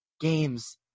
games